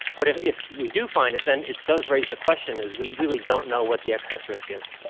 but if if we do find it, then it does raise the question, is we really don't know what the excess risk is.